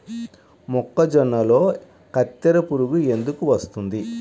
మొక్కజొన్నలో కత్తెర పురుగు ఎందుకు వస్తుంది?